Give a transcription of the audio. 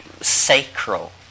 sacral